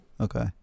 Okay